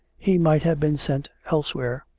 he might have been sent elsewhere.